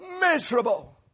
miserable